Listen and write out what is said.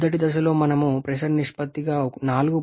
మొదటి దశలో మనం ప్రెషర్ నిష్పత్తిగా 4